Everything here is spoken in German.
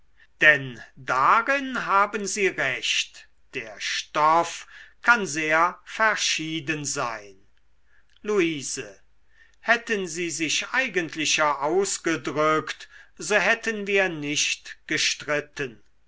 denn darin haben sie recht der stoff kann sehr verschieden sein luise hätten sie sich eigentlicher ausgedrückt so hätten wir nicht gestritten